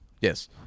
yes